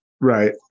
right